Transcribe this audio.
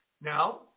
now